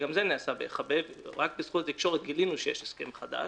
כשגם זה נעשה בהיחבא ורק בזכות התקשורת גילינו שיש הסכם חדש,